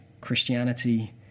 Christianity